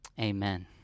Amen